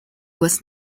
was